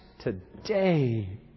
today